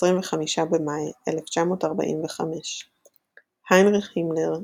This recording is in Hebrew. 25 במאי 1945 היינריך הימלר,